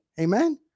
Amen